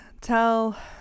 tell